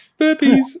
Burpees